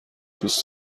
دوست